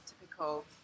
typical